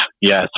Yes